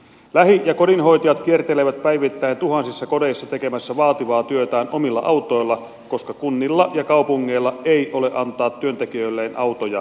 lähi ja kodinhoitajat kiertelevät omilla autoilla päivittäin tuhansissa kodeissa tekemässä vaativaa työtään koska kunnilla ja kaupungeilla ei ole antaa työntekijöilleen autoja käyttöön